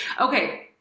Okay